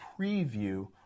preview